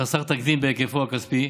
וחסר תקדים בהיקפו הכספי.